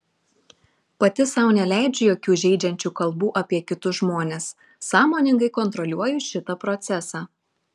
pati sau neleidžiu jokių žeidžiančių kalbų apie kitus žmones sąmoningai kontroliuoju šitą procesą